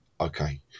okay